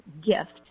gift